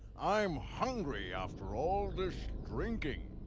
i'm hungry after all this drinking.